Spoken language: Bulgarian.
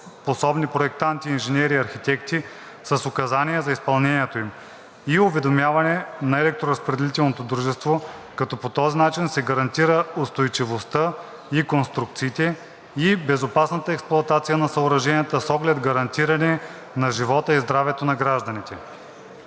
правоспособни проектанти – инженери и архитекти, с указания за изпълнението им, и уведомяване на енергоразпределителното дружество, като по този начин се гарантира устойчивостта и конструкциите, и безопасната експлоатация на съоръженията с оглед гарантиране на живота и здравето на гражданите.